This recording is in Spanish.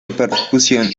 repercusión